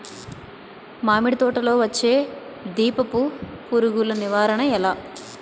మామిడి తోటలో వచ్చే దీపపు పురుగుల నివారణ ఎలా?